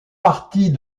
partie